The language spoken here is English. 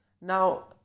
Now